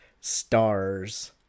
stars